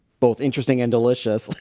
both interesting and delicious, like